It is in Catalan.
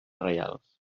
reials